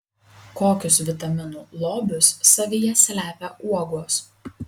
kokius vitaminų lobius savyje slepia uogos